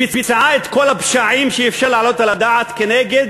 ביצעה את כל הפשעים שאפשר להעלות על הדעת נגד